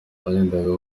bagendaga